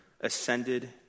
ascended